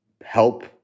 help